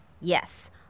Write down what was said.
Yes